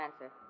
answer